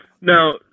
Now